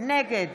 נגד